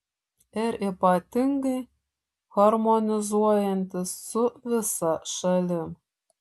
ir ypatingai harmonizuojantis su visa šalim